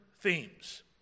themes